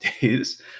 days